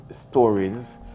stories